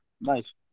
Nice